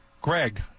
Greg